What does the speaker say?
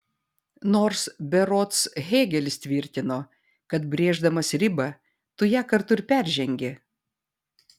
nors berods hėgelis tvirtino kad brėždamas ribą tu ją kartu ir peržengi